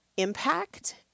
impact